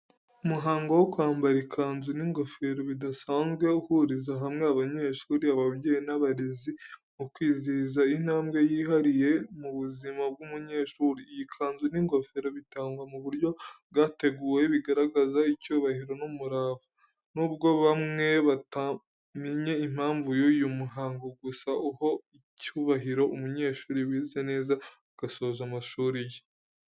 Umuhango wo kwambara ikanzu n’ingofero bidasanzwe, uhuriza hamwe abanyeshuri, ababyeyi n’abarezi mu kwizihiza intambwe yihariye mu buzima bw’umunyeshuri. Iyi kanzu n’ingofero bitangwa mu buryo bwateguwe, bigaragaza icyubahiro n’umurava. Nubwo bamwe batamenya impamvu y’uyu muhango, gusa uha icyubahiro umunyeshuri wize neza agasoza amasomo ye.